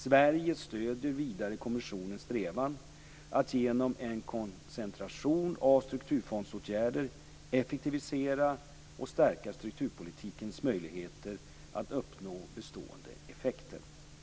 Sverige stöder vidare kommissionens strävan att genom en koncentration av strukturfondsåtgärder effektivisera och stärka strukturpolitikens möjligheter att uppnå bestående effekter.